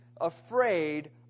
afraid